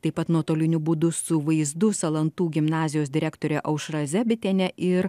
taip pat nuotoliniu būdu su vaizdu salantų gimnazijos direktorė aušra zebitienė ir